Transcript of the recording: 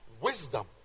Wisdom